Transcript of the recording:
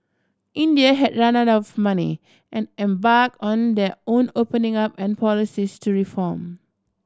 India had run out of money and embarked on their own opening up and policies to reform